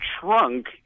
trunk